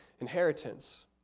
inheritance